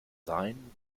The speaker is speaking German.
sein